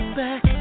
back